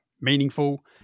meaningful